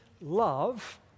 love